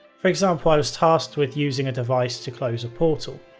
for example, i was tasked with using a device to close a portal.